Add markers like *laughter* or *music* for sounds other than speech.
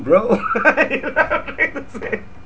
bro *laughs* what you want me to say *laughs*